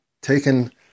taken